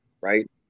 right